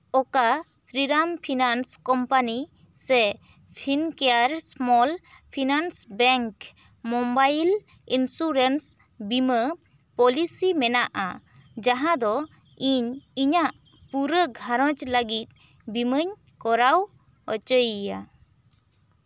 ᱚᱠᱟ Shriram finance company ᱥᱮ Fincare small finance bank mobile insurance ᱵᱤᱢᱟᱹ ᱯᱚᱞᱤᱥᱤ ᱢᱮᱱᱟᱜᱼᱟ ᱡᱟᱦᱟᱸ ᱫᱚ ᱤᱧ ᱤᱧᱟᱹᱜ ᱯᱩᱨᱟᱹ ᱜᱷᱟᱨᱚᱸᱡᱽ ᱞᱟᱹᱜᱤᱫ ᱵᱤᱢᱟᱹᱧ ᱠᱚᱨᱟᱣ ᱚᱪᱚᱭᱮᱭᱟ